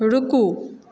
रूकू